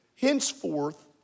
henceforth